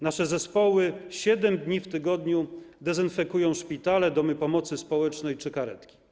Nasze zespoły 7 dni w tygodniu dezynfekują szpitale, domy pomocy społecznej czy karetki.